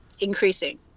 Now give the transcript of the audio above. increasing